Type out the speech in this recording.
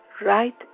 right